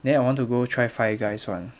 then I want to go try five guys [one]